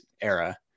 era